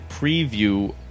preview